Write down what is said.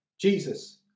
Jesus